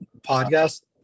podcast